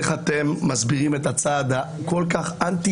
איך אתם מסבירים את הצעד הכול כך אנטי